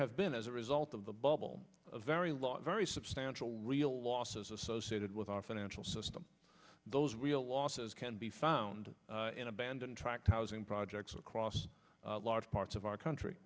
have been as a result of the bubble of very last very substantial real losses associated with our financial system those real losses can be found in abandoned tract housing projects across large parts of our country